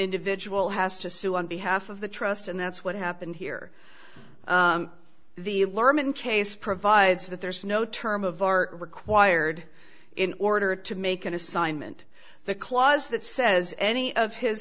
individual has to sue on behalf of the trust and that's what happened here the case provides that there's no term of art required in order to make an assignment the clause that says any of his